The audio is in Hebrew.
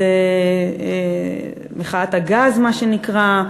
מחאת הגז מה שנקרא,